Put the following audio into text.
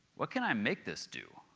what can i make this do?